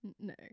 no